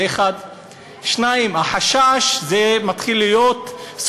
זה, 1. 2. החשש, זה מתחיל להיות סובייקטיבי.